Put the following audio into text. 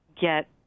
get